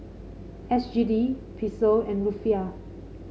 S G D Peso and Rufiyaa